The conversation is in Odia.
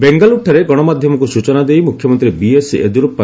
ବେଙ୍ଗାଲୁରୁଠାରେ ଗଣମାଧ୍ୟମକୁ ସୂଚନା ଦେଇ ମୁଖ୍ୟମନ୍ତ୍ରୀ ବିଏସ୍ ୟେଦୁରଫ୍